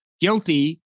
guilty